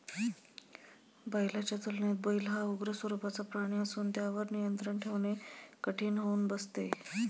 बैलाच्या तुलनेत बैल हा उग्र स्वरूपाचा प्राणी असून त्यावर नियंत्रण ठेवणे कठीण होऊन बसते